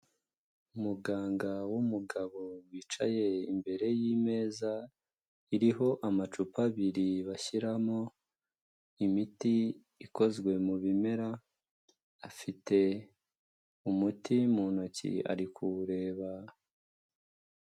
Umuganga w'umugabo wicaye imbere y'imeza iriho amacupa abiri bashyiramo imiti ikozwe mu bimera, afite umuti mu ntoki ari kuwureba.